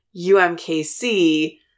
UMKC